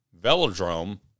velodrome